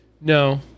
No